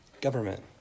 government